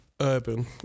Urban